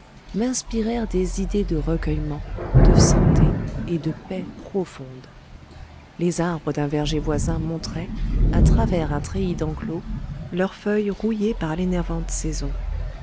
m'inspirèrent des idées de recueillement de santé et de paix profonde les arbres d'un verger voisin montraient à travers un treillis d'enclos leurs feuilles rouillées par l'énervante saison